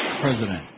president